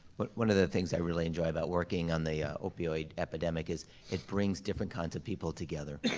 but one of the things i really enjoy about working on the opioid epidemic is it brings different kinds of people together.